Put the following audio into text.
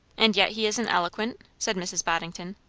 and yet he isn't eloquent? said mrs. boddington.